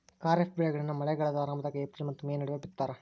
ಖಾರಿಫ್ ಬೆಳೆಗಳನ್ನ ಮಳೆಗಾಲದ ಆರಂಭದಾಗ ಏಪ್ರಿಲ್ ಮತ್ತ ಮೇ ನಡುವ ಬಿತ್ತತಾರ